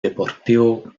deportivo